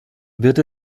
wird